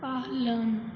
पालन